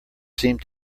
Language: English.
seemed